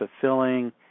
fulfilling